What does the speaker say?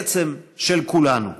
בעצם, של כולנו.